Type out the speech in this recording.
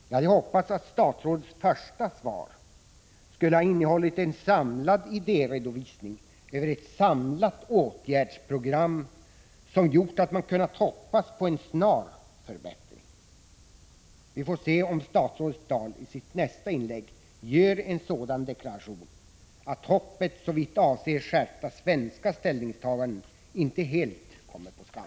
Jag hade hoppats att statsrådets första svar skulle ha innehållit en samlad idéredovisning över ett samlat åtgärdsprogram som gjort att man kunnat hoppas på en snar förbättring. Vi får se om statsrådet Dahl i sitt nästa inlägg gör en sådan deklaration att hoppet såvitt avser skärpta svenska ställningstaganden inte helt kommer på skam.